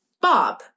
Bob